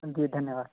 जी धन्यवाद